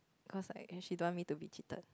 cause like she don't want me to be cheated